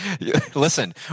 Listen